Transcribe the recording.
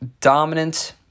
dominant